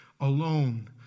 alone